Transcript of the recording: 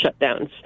shutdowns